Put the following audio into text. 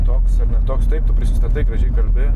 toks toks taip tu prisistatai gražiai kalbi